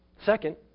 Second